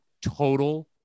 total